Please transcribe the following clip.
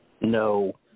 No